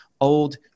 old